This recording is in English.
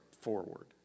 forward